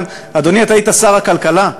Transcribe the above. אדוני, אתה היית שר הכלכלה,